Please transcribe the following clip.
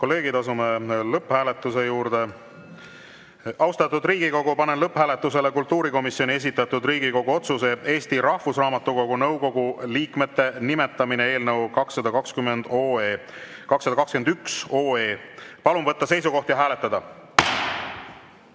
kolleegid, asume lõpphääletuse juurde. Austatud Riigikogu, panen lõpphääletusele kultuurikomisjoni esitatud Riigikogu otsuse "Eesti Rahvusraamatukogu nõukogu liikmete nimetamine" eelnõu 221. Palun võtta seisukoht ja hääletada!